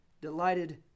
delighted